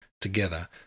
together